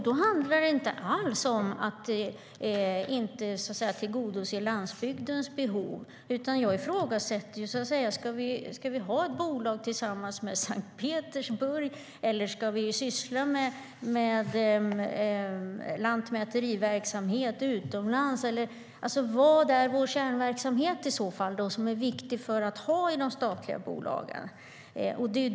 Då handlar det inte alls om att inte tillgodose landsbygdens behov, utan jag ifrågasätter om vi ska ha bolag tillsammans med Sankt Petersburg eller om vi ska syssla med lantmäteriverksamhet utomlands. Vad är det i så fall för kärnverksamhet som är viktig att ha i statliga bolag?